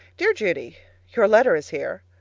dear judy your letter is here.